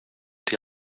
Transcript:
die